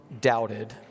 doubted